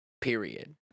Period